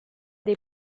dei